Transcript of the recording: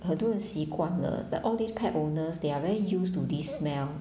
很多人习惯了 the all these pet owners they are very used to this smell